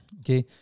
okay